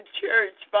church